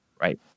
Right